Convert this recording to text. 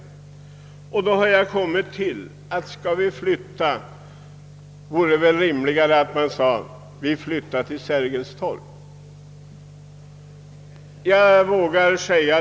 Skall vi flytta vore det rimligast att flytta till Sergels torg.